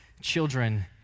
children